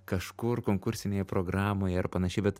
kažkur konkursinėje programoje ir panašiai bet